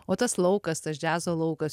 o tas laukas tas džiazo laukas